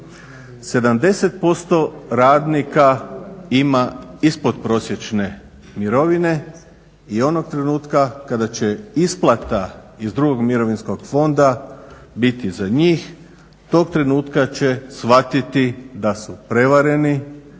70% radnika ima ispod prosječne mirovine. I onog trenutka kada će isplata iz drugog mirovinskog fonda biti za njih tog trenutka će shvatiti da su prevareni